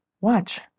watch